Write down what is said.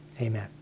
Amen